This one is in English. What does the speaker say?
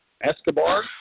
Escobar